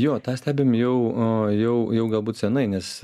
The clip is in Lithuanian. jo tą stebim jau jau jau galbūt seniai nes